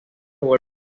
vuelven